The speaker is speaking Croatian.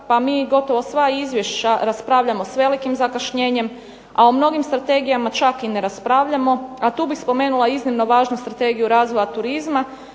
pa mi gotovo sva izvješća raspravljamo s velikim zakašnjenjem, a o mnogim strategijama čak i ne raspravljamo. A tu bi spomenula iznimno važnu Strategiju razvoja turizma